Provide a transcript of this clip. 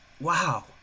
wow